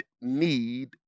need